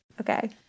Okay